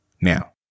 now